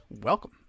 Welcome